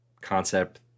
Concept